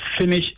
finish